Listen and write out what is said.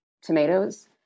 tomatoes